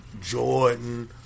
Jordan